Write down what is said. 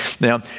Now